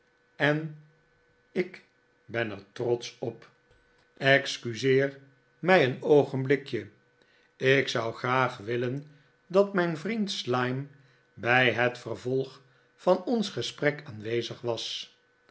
en ik ben er trotsch op excuseer mij een de heer chevy slyme oogenblik ik zou graag willen dat mijn vriend slyme bij het vervolg van ons gesprek aanwezig was